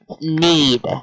need